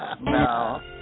No